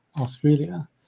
Australia